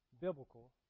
biblical